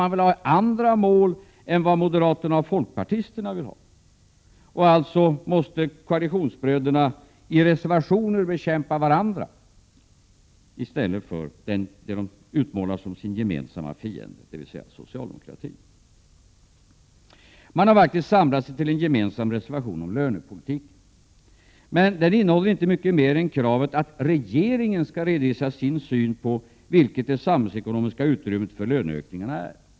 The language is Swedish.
Centern har andra mål än moderaterna och folkpartisterna. Alltså måste koalitionsbröderna i reservationer bekämpa varandra i stället för den som de utmålar som sin gemensamma fiende, dvs. socialdemokratin. De borgerliga har faktiskt samlat sig till en gemensam reservation om lönepolitiken. Men den innehåller inte mycket mer än kravet på att regeringen skall redovisa sin syn på vilket det samhällsekonomiska utrymmet för löneökningarna är.